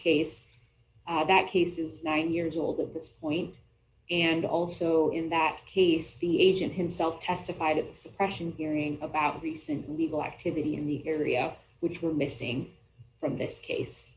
case that cases nine years old at this point and also in that case the agent himself testified that suppression hearing about recent legal activity in the area which were missing from this case